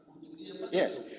Yes